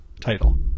title